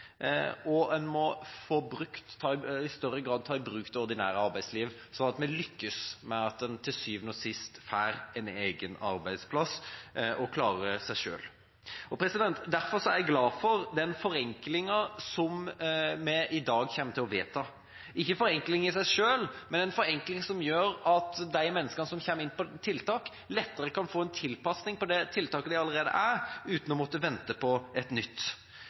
og en må i større grad ta i bruk det ordinære arbeidsliv, sånn at vi lykkes med at folk til syvende og sist får en egen arbeidsplass og klarer seg selv. Derfor er jeg glad for den forenklingen som vi i dag kommer til å vedta – ikke forenklingen i seg selv, men en forenkling som gjør at de menneskene som kommer inn på tiltak, lettere kan få en tilpasning til det tiltaket de allerede er i, uten å måtte vente på et nytt.